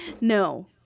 no